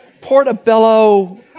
portobello